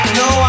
no